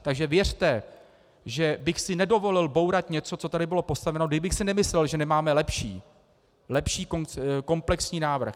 Takže věřte, že bych si nedovolil bourat něco, co tady bylo postaveno, kdybych si nemyslel, že nemáme lepší, lepší komplexní návrh.